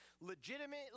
legitimately